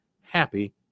happy